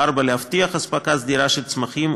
4. להבטיח הספקה סדירה של צמחים,